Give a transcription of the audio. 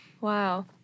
Wow